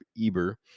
Eber